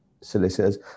solicitors